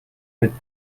mit